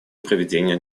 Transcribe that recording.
проведения